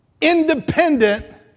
independent